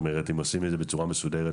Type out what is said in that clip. אם עושים את זה בצורה מסודרת,